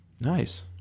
Nice